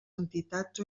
entitats